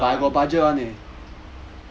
真的啊